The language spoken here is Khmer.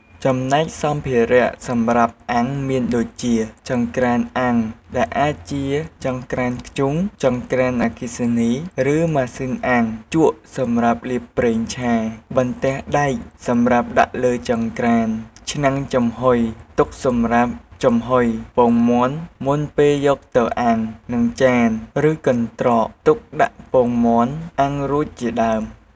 ចំណែកសម្ភារៈសម្រាប់អាំងមានដូចជា ចង្ក្រានអាំងដែលអាចជា ចង្ក្រានធ្យូង ចង្ក្រានអគ្គិសនី ឬម៉ាស៊ីនអាំង, ជក់សម្រាប់លាបប្រេងឆា, បន្ទះដែកសម្រាប់ដាក់លើចង្រ្តាន, ឆ្នាំងចំហុយទុកសម្រាប់ចំហុយពងមាន់មុនពេលយកទៅអាំង, និងចាន ឬកន្ត្រកទុកដាក់ពងមាន់អាំងរួចជាដើម។